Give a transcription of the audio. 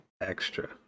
Extra